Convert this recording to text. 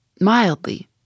mildly